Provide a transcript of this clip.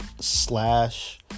Slash